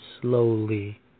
slowly